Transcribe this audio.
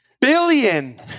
Billion